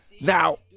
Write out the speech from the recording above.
Now